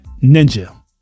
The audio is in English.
ninja